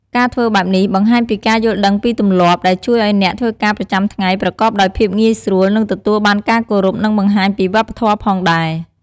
ការធ្វើបែបនេះបង្ហាញពីការយល់ដឹងពីទម្លាប់ ដែលជួយឱ្យអ្នកធ្វើការប្រចាំថ្ងៃប្រកបដោយភាពងាយស្រួល និងទទួលបានការគោរព និងបង្ហាញពីវប្បធម៌ផងដែរ។